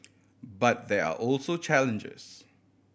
but there are also challenges